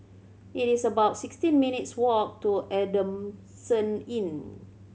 it is about sixteen minutes' walk to Adamson Inn